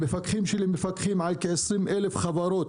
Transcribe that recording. המפקחים שלי מפקחים על כ-20 אלף חברות.